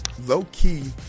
low-key